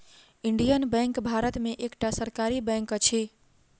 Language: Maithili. इंडियन बैंक भारत में एकटा सरकारी बैंक अछि